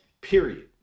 period